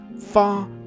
far